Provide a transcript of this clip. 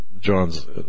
John's